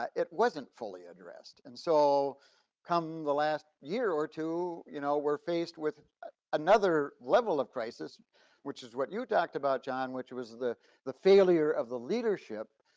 ah it wasn't fully addressed and so come the last year or two, you know we're faced with another level of crisis which is what you talked about john which was the the failure of the leadership.